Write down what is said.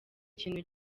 kintu